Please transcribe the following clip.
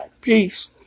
Peace